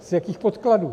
Z jakých podkladů?